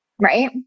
right